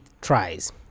tries